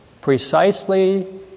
precisely